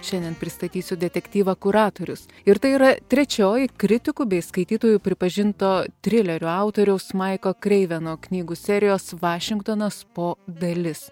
šiandien pristatysiu detektyvą kuratorius ir tai yra trečioji kritikų bei skaitytojų pripažinto trilerių autoriaus maiko kreiveno knygų serijos vašingtonas po dalis